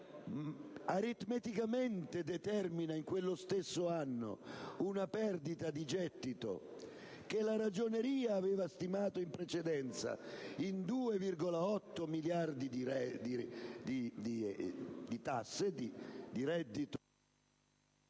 aritmeticamente determina in quello stesso anno una perdita di gettito che la Ragioneria aveva stimato in precedenza in 2,8 miliardi di reddito